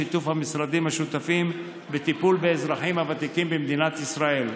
בשיתוף המשרדים השותפים בטיפול באזרחים הוותיקים במדינת ישראל.